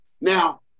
now